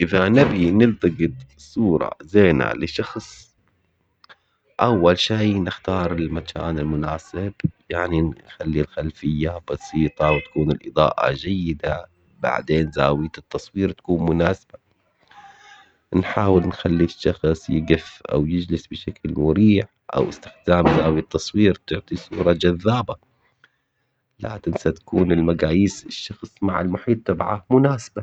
إذا نبي نلتقط صورة زينة لشخص أول شي نختار المكان المناسب يعني نخلي الخلفية بسيطة وتكون الإضاءة جيدة، بعدين زاوية التصوير تكون مناسبة نحاول نخلي الشخص يقف أو يجلس بشكل مريح أو استخدام زاوية تصوير تعطي صورة جذابة، لا تنسى تكون المقاييس الشخص مع المحيط تبعه مناسبة.